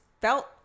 felt